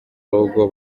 rugo